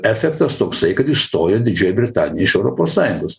efektas toksai kad išstojo didžioji britanija iš europos sąjungos